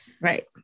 Right